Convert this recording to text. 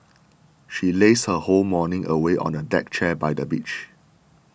she lazed her whole morning away on a deck chair by the beach